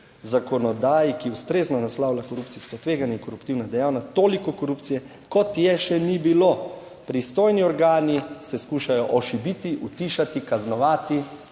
zakonodaji, ki ustrezno naslavlja korupcijska tveganja in koruptivna dejanja, toliko korupcije kot je še ni bilo. Pristojni organi se skušajo ošibiti, utišati, kaznovati